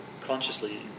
consciously